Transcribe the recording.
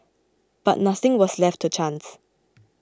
but nothing was left to chance